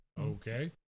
Okay